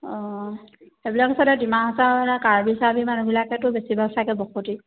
অঁ সেইবিলাক আচলতে ডিমা হাচাও কাৰ্বি চাৰ্বি মানুহবিলাকেতো বেছিভাগ চাগে বসতি